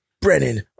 Brennan